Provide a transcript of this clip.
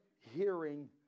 hearing